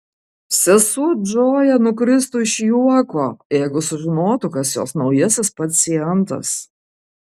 sesuo džoja nukristų iš juoko jeigu sužinotų kas jos naujasis pacientas